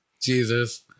Jesus